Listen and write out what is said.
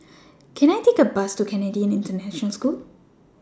Can I Take A Bus to Canadian International School